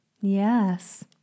Yes